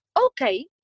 okay